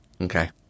okay